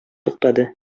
туктады